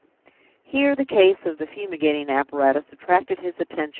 here the case of the fumigating apparatus attracted his attention.